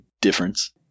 difference